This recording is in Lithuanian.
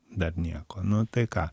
dar nieko nu tai ką